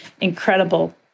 incredible